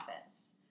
office